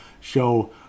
show